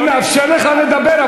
אני מאפשר לך לדבר,